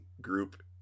group